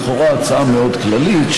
היא לכאורה הצעה מאוד כללית,